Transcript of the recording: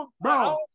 Bro